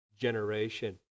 generation